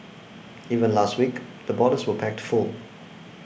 even last week the borders were packed full